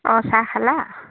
অঁ চাহ খালা